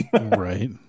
Right